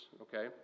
Okay